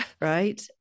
right